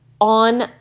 on